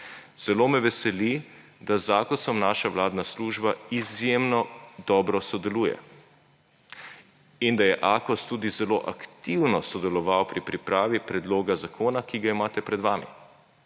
Zelo me veseli, da z Akosom naša vladna služba izjemno dobro sodeluje in da je Akos tudi zelo aktivno sodeloval pri pripravi predloga zakona, ki ga imate pred vami.